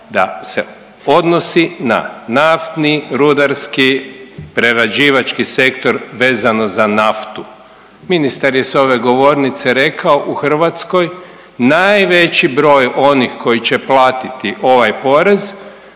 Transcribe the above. da se odnosi na naftni, rudarski, prerađivački sektor vezano za naftu. Ministar je sa ove govornice rekao u Hrvatskoj najveći broj onih koji će platiti ovaj porez